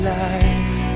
life